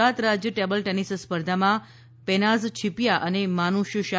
ગુજરાત રાજ્ય table tennis સ્પર્ધામાં પેનાઝ છીપીયા અને માનુષ શાહે